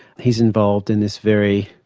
he's involved in this very